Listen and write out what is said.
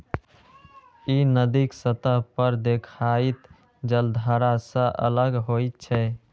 ई नदीक सतह पर देखाइत जलधारा सं अलग होइत छै